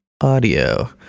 audio